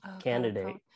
candidate